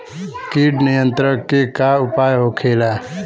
कीट नियंत्रण के का उपाय होखेला?